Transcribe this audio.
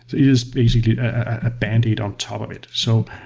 is basically a band-aid on top of it. so